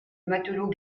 matelot